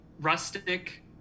rustic